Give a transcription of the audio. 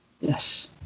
Yes